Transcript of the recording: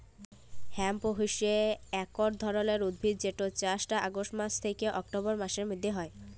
hemp হইসে একট ধরণের উদ্ভিদ যেটর চাস অগাস্ট মাস থ্যাকে অক্টোবরের মধ্য হয়